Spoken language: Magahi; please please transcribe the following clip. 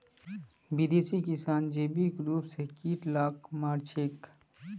विदेशी किसान जैविक रूप स कीट लाक मार छेक